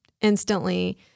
instantly